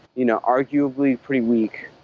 you know arguably pretty weak,